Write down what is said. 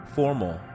Formal